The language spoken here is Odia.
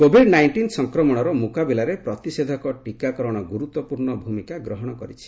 କୋବିଡ୍ ନାଇଷ୍ଟିନ୍ ସଂକ୍ରମଣର ମୁକାବିଲାରେ ପ୍ରତିଷେଧକ ଟିକାକରଣ ଗୁରୁତ୍ୱପୂର୍ଣ୍ଣ ଭୂମିକା ଗ୍ରହଣ କରିଛି